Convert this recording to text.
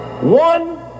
One